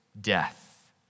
death